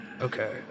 Okay